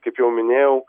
kaip jau minėjau